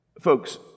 Folks